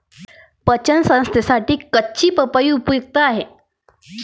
पचन संस्थेसाठी कच्ची पपई उपयुक्त आहे